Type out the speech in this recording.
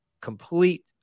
complete